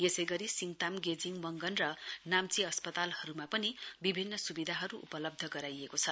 यसै गरी सिङताम गेजिङ मगन र नाम्ची अस्पतालहरूमा पनि विभिन्न सुविधाहरू उपलब्ध गराइएको छ